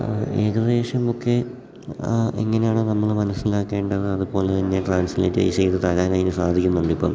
ഏകദേശം ഒക്കെ എങ്ങനെയാണ് നമ്മൾ മനസ്സിലാക്കേണ്ടത് അതുപോലെത്തന്നെ ട്രാൻസ്ലേറ്റൈസ് ചെയ്ത് തരാൻ അതിന് സാധിക്കുന്നുണ്ട് ഇപ്പം